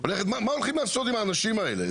מה הולכים לעשות עם האנשים האלה?